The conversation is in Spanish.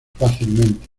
fácilmente